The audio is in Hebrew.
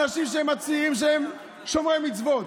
אנשים שמצהירים שהם שומרי מצוות.